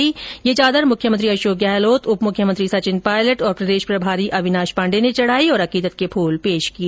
श्रीमती गांधी की ओर से यह चादर मुख्यमंत्री अशोक गहलोत उप मुख्यमंत्री सचिन पायलट और प्रदेश प्रभारी अविनाश पाण्डे ने चढ़ाई और अकोदत के फूल पेश किए